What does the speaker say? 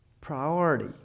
Priority